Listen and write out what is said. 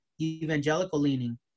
evangelical-leaning